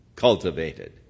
cultivated